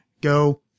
Go